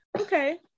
Okay